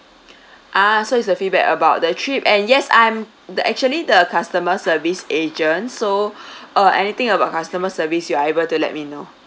ah so it's a feedback about the trip and yes I'm the actually the customer service agent so uh anything about customer service you are able to let me know